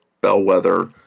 bellwether